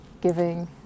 giving